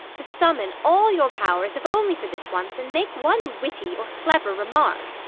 to summon all your powers, if only for this once, and make one witty or clever remark.